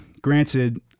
granted